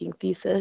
thesis